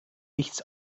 nichts